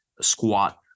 squat